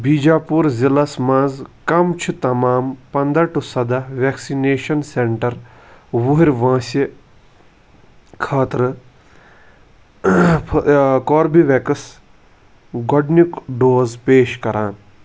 بِجاپوٗر ضلعس مَنٛز کم چھِ تمام پنٛداہ ٹُو سداہ ویکسِنیشن سینٹر وُہٕرۍ وٲنٛسہِ خٲطرٕ کوربِویٚکس گۄڈنیُک ڈوز پیش کران